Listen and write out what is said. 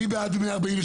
מי בעד 148?